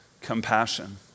compassion